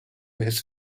his